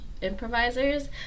improvisers